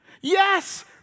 yes